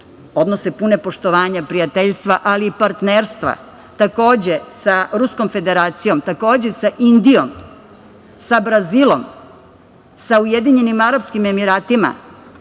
odnose pune poštovanja, prijateljstva, ali i partnerstva. Takođe, sa Ruskom Federacijom, sa Indijom, sa Brazilom, sa Ujedinjenim Arapskim Emiratima,